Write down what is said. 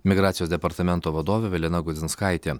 migracijos departamento vadovė evelina gudzinskaitė